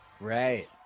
Right